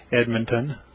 Edmonton